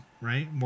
right